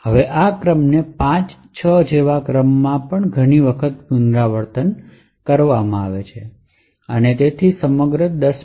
હવે આ ક્રમ 5 6 જેવા ક્રમમાં ઘણી વખત પુનરાવર્તિત થાય છે અને તેથી સમગ્ર 10